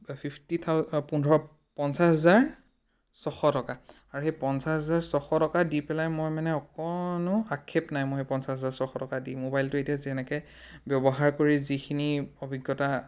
fifty thou পোন্ধৰ পঞ্চাশ হাজাৰ ছশ টকা আৰু সেই পঞ্চাছ হাজাৰ ছশ টকা দি পেলাই মই মানে অকণো আক্ষেপ নাই মোৰ সেই পঞ্চাছ হাজাৰ ছশ টকা দি মোবাইলটো এতিয়া যেনেকৈ ব্যৱহাৰ কৰি যিখিনি অভিজ্ঞতা